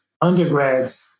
undergrads